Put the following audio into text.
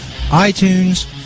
iTunes